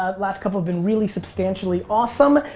ah last couple have been really substantially awesome,